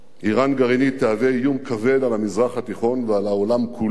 אירן גרעינית תהווה איום כבד על המזרח התיכון ועל העולם כולו,